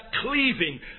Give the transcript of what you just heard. cleaving